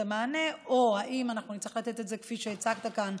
המענה או אם אנחנו נצטרך לתת את זה כפי שהצגת כאן,